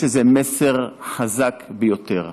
יש בזה מסר חזק ביותר.